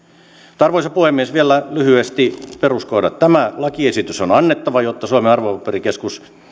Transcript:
mutta arvoisa puhemies vielä lyhyesti peruskohdat tämä lakiesitys on annettava jotta suomen arvopaperikeskus